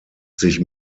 sich